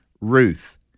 Ruth